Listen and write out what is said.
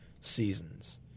seasons